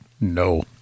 No